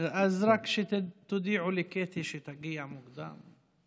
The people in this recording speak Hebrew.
אז רק תודיעו לקטי שתגיע מוקדם.